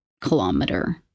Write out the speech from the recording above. kilometer